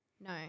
No